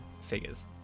figures